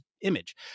image